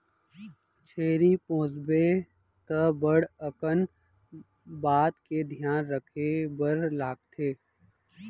छेरी पोसबे त बड़ अकन बात के धियान रखे बर लागथे